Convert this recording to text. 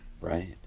Right